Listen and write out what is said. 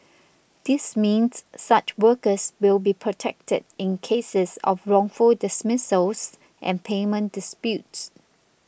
this means such workers will be protected in cases of wrongful dismissals and payment disputes